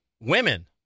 women